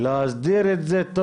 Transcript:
ואנחנו אמנם נעשה הסכמים וחוזים